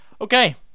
Okay